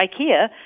IKEA